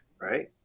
right